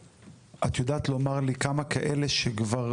ואת יודעת לומר לי כמה אלה שכבר